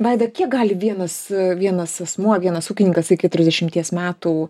vaida kiek gali vienas vienas asmuo vienas ūkininkas iki trisdešimties metų